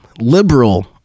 liberal